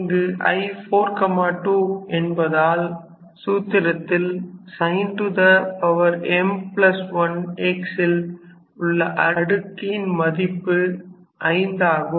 இங்கு I4 2 என்பதால் சூத்திரத்தில் sin m1x ல் உள்ள அடுக்கின் மதிப்பு 5 ஆகும்